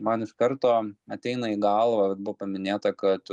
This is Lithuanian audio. man iš karto ateina į galvą buvo paminėta kad